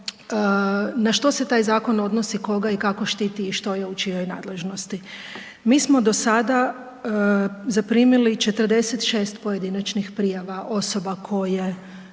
na što se taj zakon odnosi, koga i kako štiti i što je u čijoj nadležnosti. Mi smo do sada zaprimili 46 pojedinačnih prijava osoba koje